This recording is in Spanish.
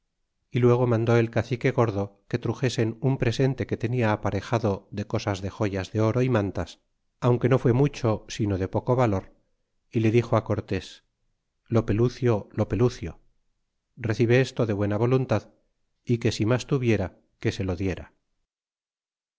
y luego mandó el cacique gordo que truxesen un presente que tenia aparejado de cosas de joyas de oro y mantas aunque no fue mucho sino de poco valor y le dixo á cortés lopelucio lopencio recibe esto de buena voluntad é que si mas tuviera que se lo diera